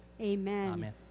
Amen